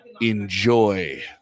Enjoy